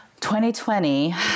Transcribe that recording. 2020